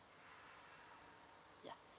ya